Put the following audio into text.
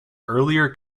earlier